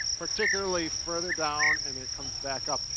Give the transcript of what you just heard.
particularly further down and it comes back up.